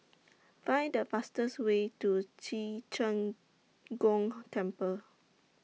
Find The fastest Way to Ci Zheng Gong Temple